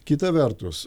kita vertus